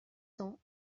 cents